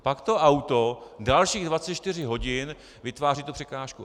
Pak to auto dalších 24 hodin vytváří překážku.